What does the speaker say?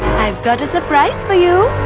i've got a surprise for you.